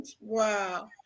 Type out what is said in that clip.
Wow